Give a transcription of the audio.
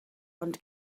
ond